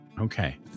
Okay